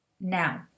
Now